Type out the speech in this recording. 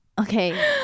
Okay